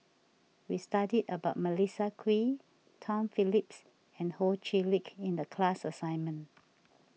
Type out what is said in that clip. we studied about Melissa Kwee Tom Phillips and Ho Chee Lick in the class assignment